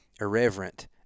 irreverent